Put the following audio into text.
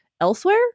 elsewhere